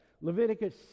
Leviticus